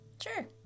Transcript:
Sure